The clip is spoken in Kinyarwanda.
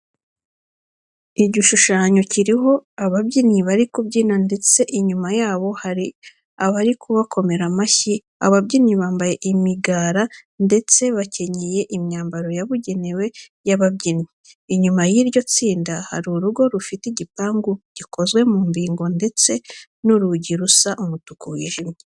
Igishushanyo kiriho ababyinnyi bari kubyina ndetse inyuma y'abo hari abari kubakomera amashyi. Ababyina bambaye imigara ndetse bakenyeye imyambaro yabugenewe y'ababyinnyi. Inyuma y'iryo tsinda hari urugo rufite igipangu gikozwe mu mbingo ndetse n'urugi rusa umutuku wijimye.